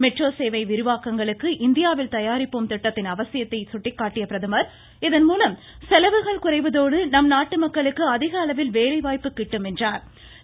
metro சேவை விரிவாக்கங்களுக்கு இந்தியாவில் தயாரிப்போம் திட்டத்தின் அவசியத்தை சுட்டிக்காட்டிய பிரதமர் இதன்மூலம் செலவுகள் குறைவதோடு நம் நாட்டு மக்களுக்கு அதிகளவில் வேலைவாய்ப்பு கிட்டும் என்றும் கூறினார்